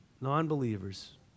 non-believers